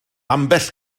ambell